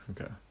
Okay